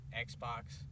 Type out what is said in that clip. Xbox